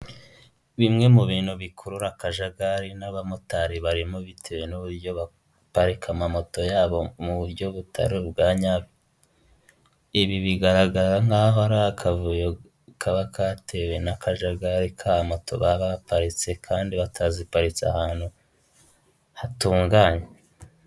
Bimwe mu bintu bikurura akajagari n'abamotari barimo bitewe n'uburyo baparika amamoto yabo mu buryo butari ubwa nyabwo, ibi bigaragara nk'aho ari akavuyo kaba katewe n'akajagari ka moto baba baparitse, kandi bataziparitse ahantu hatunganye.